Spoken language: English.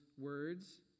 words